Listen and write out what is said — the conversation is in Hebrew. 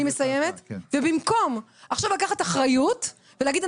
ובמקום עכשיו לקחת אחריות ולהגיד,